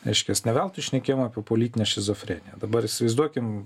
reiškias ne veltui šnekėjom apie politinę šizofreniją dabar įsivaizduokim